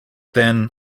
then